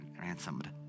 ransomed